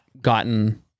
gotten